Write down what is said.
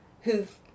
who've